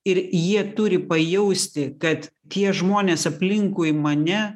ir jie turi pajausti kad tie žmonės aplinkui mane